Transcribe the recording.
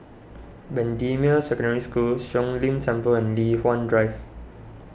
Bendemeer Secondary School Siong Lim Temple and Li Hwan Drive